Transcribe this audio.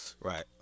Right